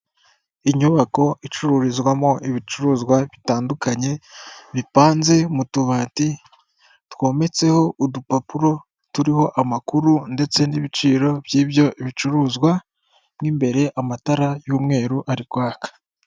Inyubako icururizwamo ibicuruzwa bitandukanye bipanze mu tubati twometseho udupapuro turiho amakuru ndetse n'ibiciro by'ibyo bicuruzwa. Mu imbere amatara y'umweru ari kwaka.